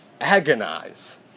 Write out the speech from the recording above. Agonize